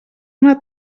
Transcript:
una